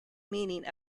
meaning